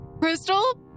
Crystal